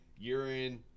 urine